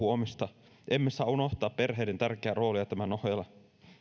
huomista emme saa unohtaa perheiden tärkeää roolia tämän ohella